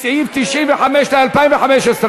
94 לשנת 2016,